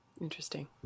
Interesting